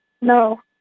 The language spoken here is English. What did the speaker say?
No